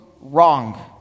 wrong